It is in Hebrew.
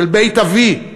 של בית אבי,